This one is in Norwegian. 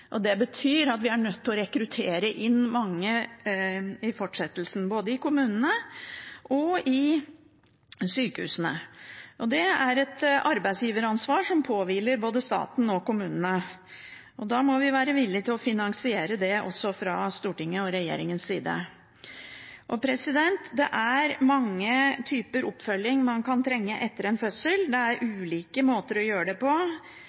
Det betyr at vi er nødt til å rekruttere mange i fortsettelsen, både i kommunene og i sykehusene. Det er et arbeidsgiveransvar som påhviler både staten og kommunene. Da må vi være villig til å finansiere det også fra Stortingets og regjeringens side. Det er mange typer oppfølging man kan trenge etter en fødsel. Det er ulike måter å gjøre det på